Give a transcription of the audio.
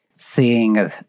Seeing